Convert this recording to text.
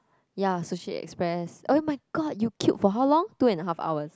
ya Sushi Express oh-my-god you queued for how long two and a half hours